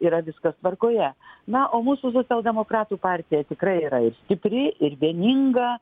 yra viskas tvarkoje na o mūsų socialdemokratų partija tikrai yra ir stipri ir vieninga